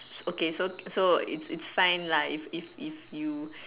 okay so so it's it's fine lah if if if you